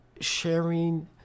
sharing